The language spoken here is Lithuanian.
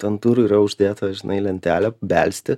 ant durų yra uždėta žinai lentelė belsti